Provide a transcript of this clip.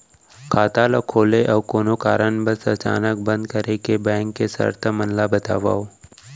खाता ला खोले अऊ कोनो कारनवश अचानक बंद करे के, बैंक के शर्त मन ला बतावव